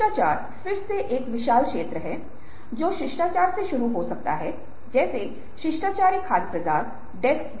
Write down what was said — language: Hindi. डोपामाइन एक न्यूरोट्रांसमीटर है जो प्रेरणा उत्पादकता और किरांकेन्द्रफोकस Focus का प्रमुख कारक है